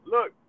Look